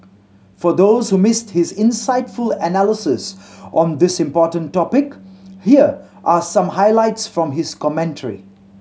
for those who missed his insightful analysis on this important topic here are some highlights from his commentary